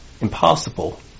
impossible